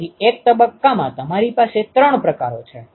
તેથી એક તબક્કામાં તમારી પાસે ત્રણ પ્રકારો છે